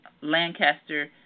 Lancaster